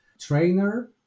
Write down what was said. Trainer